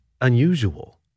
unusual